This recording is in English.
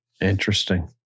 Interesting